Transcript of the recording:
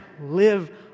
Live